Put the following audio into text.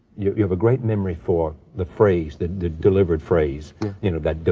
you have a great memory for the phrase, the the delivered phrase you know